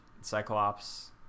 Cyclops